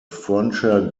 frontier